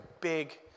big